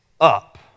up